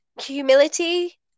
humility